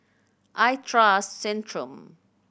I trust Centrum